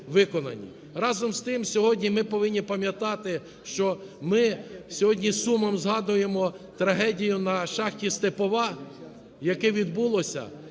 Разом з тим сьогодні ми повинні пам'ятати, що ми сьогодні з сумом згадуємо трагедію на шахті "Степанова", яка відбулася.